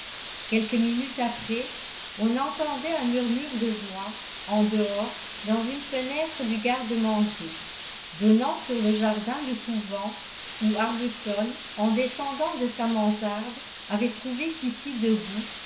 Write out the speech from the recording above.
quelques minutes après on entendait un murmure de voix en dehors dans une fenêtre du garde-manger donnant sur le jardin du couvent où arbuton en descendant de sa mansarde avait trouvé kitty debout